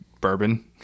bourbon